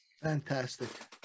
Fantastic